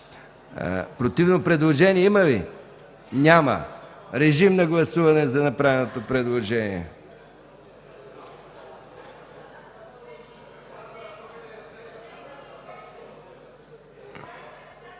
Противно предложение има ли? Няма. Гласуваме направеното предложение.